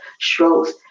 strokes